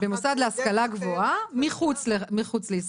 במוסד להשכלה גבוהה מחוץ לישראל.